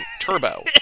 turbo